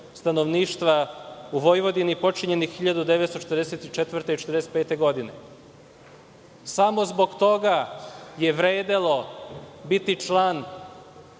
stanovništva u Vojvodini počinjenih 1944. i 1945. godine. Samo zbog toga je vredelo biti član